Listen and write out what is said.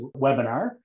webinar